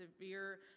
severe